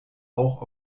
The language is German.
auch